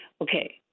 okay